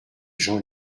jean